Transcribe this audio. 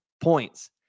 points